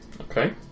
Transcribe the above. okay